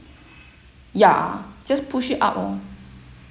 ya just push it up oh